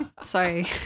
Sorry